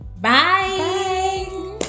Bye